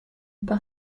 par